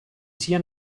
sia